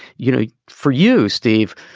you know for you, steve.